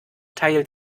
teilt